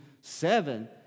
seven